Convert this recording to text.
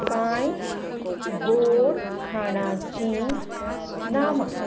कांय गोड खाणांची नामां